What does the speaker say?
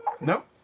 Nope